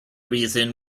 reason